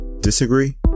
Disagree